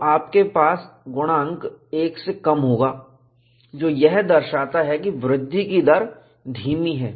तो आपके पास गुणांक 1 से कम होगा जो यह दर्शाता है कि वृद्धि की दर धीमी है